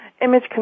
image